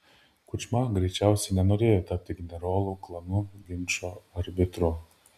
kučma greičiausiai nenorėjo tapti generolų klanų ginčo arbitru